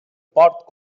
port